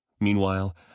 Meanwhile